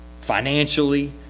financially